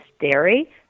dairy